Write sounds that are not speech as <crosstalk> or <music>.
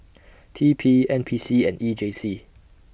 <noise> T P N P C and E J C